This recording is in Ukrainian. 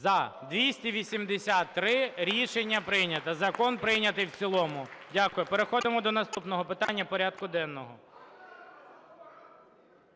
За-283 Рішення прийнято. Закон прийнятий в цілому. Дякую. Переходимо до наступного питання порядку денного.